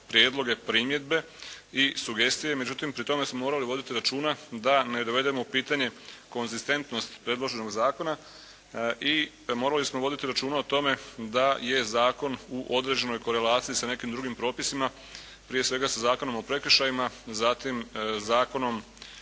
prijedloge, primjedbe i sugestije, međutim pri tome smo morali voditi računa da ne dovedemo u pitanje konzistentnost predloženog zakona i morali smo voditi računa o tome da je zakon u određenoj korelaciji s nekim drugim propisima, prije svega sa Zakonom o prekršajima, zatim Kaznenim